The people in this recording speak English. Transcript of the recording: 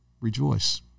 Rejoice